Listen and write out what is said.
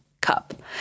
cup